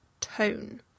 tone